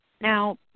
Now